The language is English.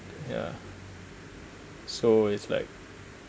ya so it's like